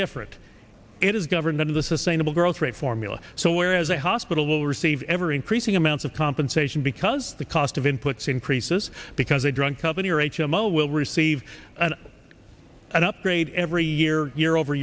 different it is governed under the sustainable growth rate formula so whereas a hospital will receive ever increasing amounts of compensation because the cost of inputs increases because a drug company or h m o will receive an upgrade every year year over